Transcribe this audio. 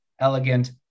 Elegant